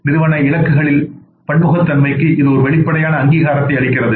நிறுவன இலக்குகளின் பன்முகத்தன்மைக்கு இது வெளிப்படையான அங்கீகாரத்தை அளிக்கிறது